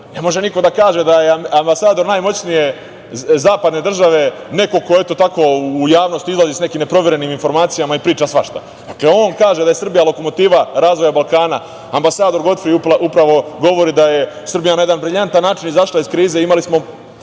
može niko da kaže da je ambasador najmoćnije zapadne države neko ko eto tako u javnosti izlazi sa nekim neproverenim informacijama i priča svašta. Dakle, on kaže da je Srbija lokomotiva razvoja Balkana. Ambasador Godfri upravo govori da je Srbija na jedan briljantan način izašla iz krize. Imali smo